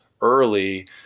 early